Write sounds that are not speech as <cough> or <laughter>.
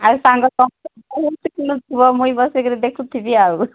ଆଉ <unintelligible> ମୁଇଁ ବସିକିରି ଦେଖୁଥିବି ଆଉ